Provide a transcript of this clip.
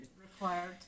required